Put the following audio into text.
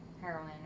heroin